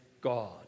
God